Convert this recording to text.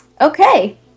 Okay